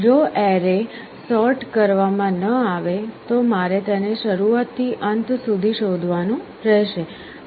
જો array sort કરવામાં ન આવે તો મારે તેને શરૂઆતથી અંત સુધી શોધવાની રહેશે